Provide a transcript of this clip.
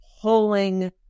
pulling